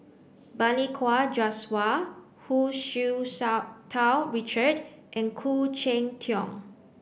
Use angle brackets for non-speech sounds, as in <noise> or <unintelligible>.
Balli Kaur Jaswal Hu Tsu <unintelligible> Tau Richard and Khoo Cheng Tiong